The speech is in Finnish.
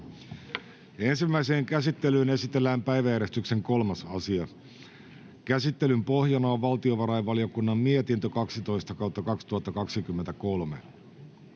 Ensimmäiseen käsittelyyn esitellään päiväjärjestyksen 3. asia. Käsittelyn pohjana on valtiovarainvaliokunnan mietintö VaVM 12/2023